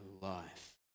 life